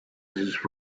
his